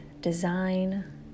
design